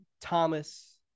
thomas